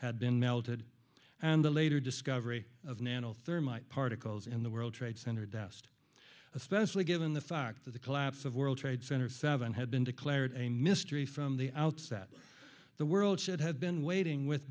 had been melted and the later discovery of nano thermite particles in the world trade center doused especially given the fact that the collapse of world trade center seven had been declared a mystery from the outset the world should have been waiting with